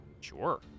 Sure